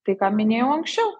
tai ką minėjau anksčiau